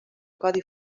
codi